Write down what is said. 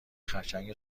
خرچنگ